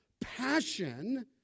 passion